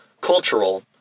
cultural